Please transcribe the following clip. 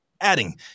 adding